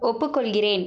ஒப்புக்கொள்கிறேன்